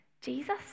Jesus